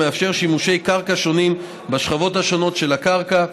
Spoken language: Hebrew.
המאפשר שימושי קרקע שונים בשכבות השונות של הקרקע,